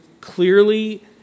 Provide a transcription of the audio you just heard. clearly